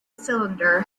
cylinder